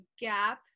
gap